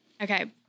Okay